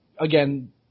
Again